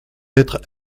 être